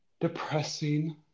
depressing